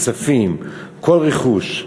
כספים, כל רכוש.